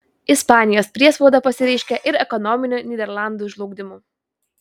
ispanijos priespauda pasireiškė ir ekonominiu nyderlandų žlugdymu